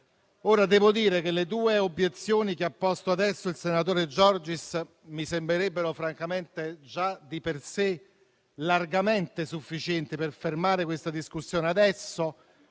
Devo dire che le due obiezioni che ha posto adesso il senatore Giorgis mi sembrerebbero, francamente, già di per sé largamente sufficienti per fermare questa discussione adesso.